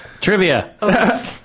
Trivia